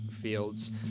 fields